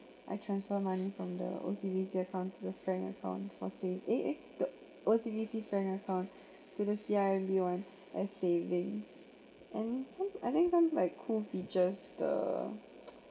I transfer money from the O_C_B_C account to the frank account for say eh eh the O_C_B_C frank account to the C_I_M_B one as saving and some I think some like cool features the